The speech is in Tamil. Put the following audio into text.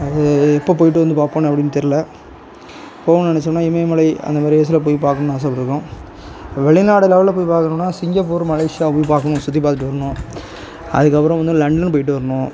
அது எப்போ போயிட்டு வந்து பார்ப்பேன்னு அப்படின்னு தெரில போக நினச்சோம்னா இமயமலை அந்த மாதிரி வயசில் போய் பார்க்கணும்னு ஆசைப்பட்ருக்கோம் வெளிநாடு லெவலில் போய் பார்க்கணும்னா சிங்கப்பூர் மலேஷியா போய் பார்க்கணும் சுற்றி பார்த்துட்டு வரணும் அதுக்கு அப்புறம் வந்து லண்டன் போயிட்டு வரணும்